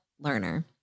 learner